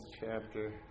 chapter